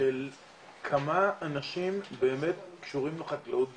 של כמה אנשים באמת קשורים לחקלאות בישראל.